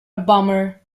bummer